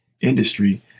industry